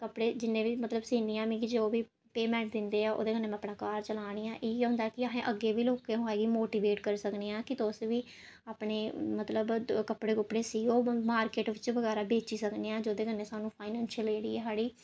कपड़े जि'न्ने बी मतलब जो बी पेमेंट दिंदे ऐ उ'दे कन्नै अपना घार चलानी आं ते इ'यै होंदा कि आहें अगगें बी लोकें गी मोटिवेट करी सकने आं कि तोस बी अपने मतलब कपड़े कुपड़े सीओ मा्रकिट बगैरा बिच्च भेची सकनेआं जोह्दे कन्नै साह्नू फाइंशिल जेह्ड़ी